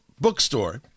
bookstore